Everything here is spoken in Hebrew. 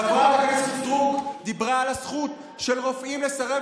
חברת הכנסת סטרוק דיברה על הזכות של רופאים לסרב